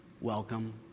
welcome